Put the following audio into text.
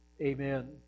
Amen